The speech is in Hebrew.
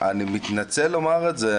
אני מתנצל לומר את זה,